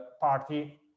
party